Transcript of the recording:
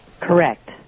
Correct